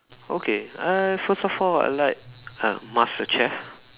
okay uh first of all I like uh master chef